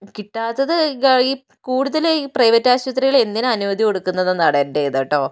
കിട്ടാത്തത് ഈ കൂടുതലീ പ്രൈവറ്റ് ആശുപത്രികൾ എന്തിനാ അനുമതി കൊടുക്കുന്നത് എന്നാണ് എൻ്റെ ഇത്കേട്ടോ